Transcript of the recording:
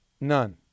None